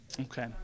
Okay